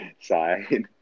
side